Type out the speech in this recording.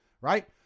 right